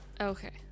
Okay